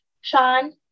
sean